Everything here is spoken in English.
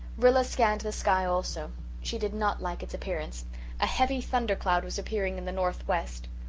rilla scanned the sky also she did not like its appearance a heavy thundercloud was appearing in the northwest.